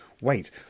wait